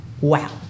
Wow